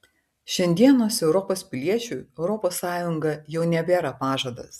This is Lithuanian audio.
šiandienos europos piliečiui europos sąjunga jau nebėra pažadas